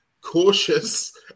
cautious